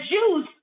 Jews